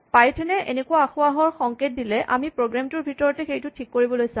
Python এ এনেকুৱা আসোঁৱাহৰ সংকেত দিলে আমি প্ৰগ্ৰেম টোৰ ভিতৰতে সেইটো ঠিক কৰিবলৈ চাম